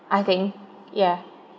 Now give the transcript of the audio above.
I think ya